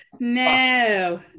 No